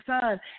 son